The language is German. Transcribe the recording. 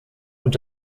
und